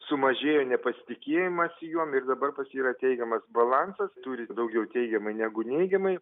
sumažėjo nepasitikėjimas juom ir dabar pas jį yra teigiamas balansas turi daugiau teigiamai negu neigiamai